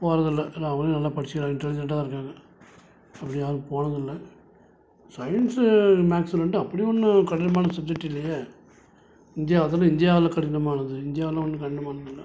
போகறதில்ல எல்லா அவங்களே நல்லா படிச்சிக்கிறாங்க இன்டலிஜென்ட்டாக தான் இருக்காங்க அப்படி யாரும் போனதும் இல்லை சயின்ஸு மேக்ஸு ரெண்டும் அப்படி ஒன்றும் கடினமான சப்ஜெட்டு இல்லையே இந்தியா அதிலும் இந்தியாவில் கடினமானது இந்தியாவிலாம் ஒன்றும் கடினமானது இல்லை